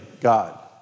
God